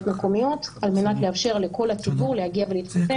מקומיות על מנת לאפשר לכל הציבור להגיע להתחסן,